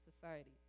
society